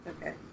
Okay